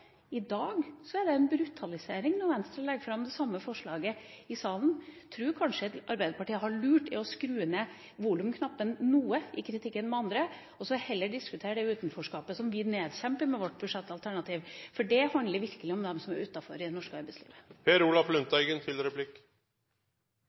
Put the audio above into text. I dag er det en brutalisering når Venstre legger fram det samme forslaget i salen. Jeg tror kanskje at Arbeiderpartiet gjør lurt i å skru ned volumknappen noe i kritikken av andre, og heller diskutere det utenforskapet som vi nedkjemper med vårt budsjettalternativ – for det handler virkelig om dem som er utenfor i det norske